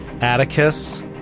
Atticus